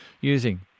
using